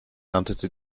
erntete